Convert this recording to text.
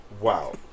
Wow